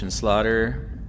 Slaughter